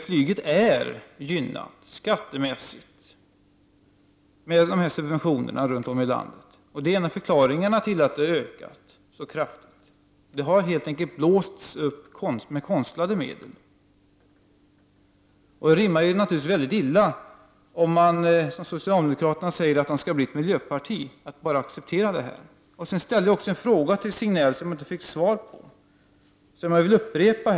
Flyget är skattemässigt gynnat med dessa subventioner runt om i landet. Det är en av förklaringarna till att det har ökat så kraftigt. Det har helt enkelt blåsts upp med konstlade medel. Det rimmar naturligtvis väldigt illa om socialdemokraterna, som säger att de skall bli ett miljöparti, bara accepterar detta. Jag ställde också en fråga till Signell som jag inte fick svar på och som jag nu vill upprepa.